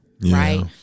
Right